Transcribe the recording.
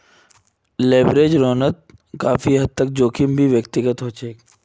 leveraged लोनोत काफी हद तक जोखिम भी व्यक्तिगत होचे